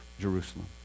Jerusalem